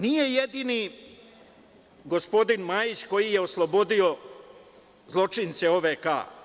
Nije jedini gospodin Majić koji je oslobodio zločince OVK.